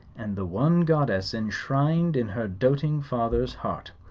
and the one goddess enshrined in her doting father's heart.